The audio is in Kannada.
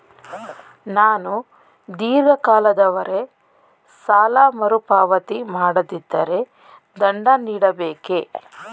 ನಾನು ಧೀರ್ಘ ಕಾಲದವರೆ ಸಾಲ ಮರುಪಾವತಿ ಮಾಡದಿದ್ದರೆ ದಂಡ ನೀಡಬೇಕೇ?